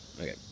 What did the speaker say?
okay